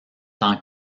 tant